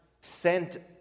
sent